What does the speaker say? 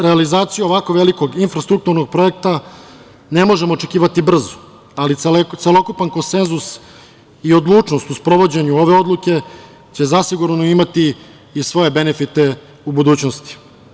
Realizaciju ovako velikog infrastrukturnog projekta ne možemo očekivati brzo, ali celokupan konsenzus i odlučnost u sprovođenju ove odluke će zasigurno imati i svoje benefite u budućnosti.